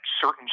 certain